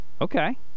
Okay